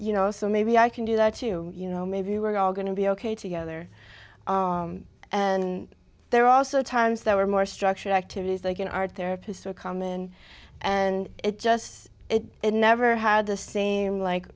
you know so maybe i can do that too you know maybe we're all going to be ok together and there are also times that were more structured activities like an art therapist would come in and it just it never had the same like